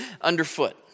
underfoot